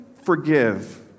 forgive